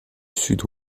sud